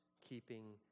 keeping